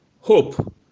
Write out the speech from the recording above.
hope